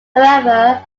however